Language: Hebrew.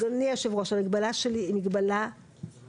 אדוני יושב הראש, המגבלה שלי היא מגבלה מוסרית.